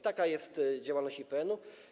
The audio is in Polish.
Taka jest działalność IPN-u.